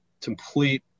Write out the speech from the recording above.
complete